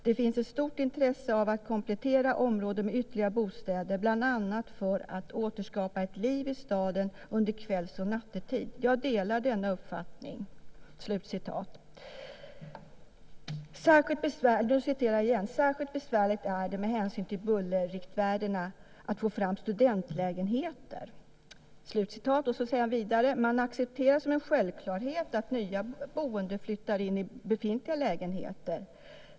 Det finns ett stort intresse av att komplettera området med ytterligare bostäder, bland annat för att återskapa ett liv i staden under kvälls och nattetid. Jag delar denna uppfattning. Särskilt besvärligt är det att med hänsyn till bullerriktvärdena få fram studentlägenheter i centrala lägen. Vidare skriver han: Man accepterar som en självklarhet att nya boende flyttar in i befintliga lägenheter.